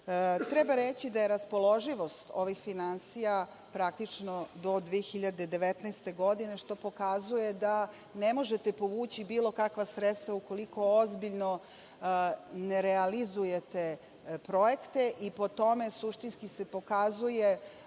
reći da je raspoloživost ovih finansija praktično do 2019. godine, što pokazuje da ne možete povući bilo kakva sredstva ukoliko ozbiljno ne realizujete projekte i po tome suštinski se pokazuje